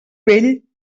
vell